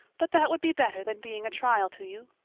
but that would be better than being a trial to you.